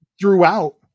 throughout